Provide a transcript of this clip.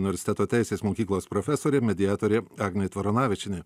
universiteto teisės mokyklos profesorė mediatorė agnė tvaronavičienė